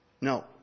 No